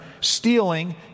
stealing